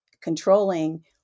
controlling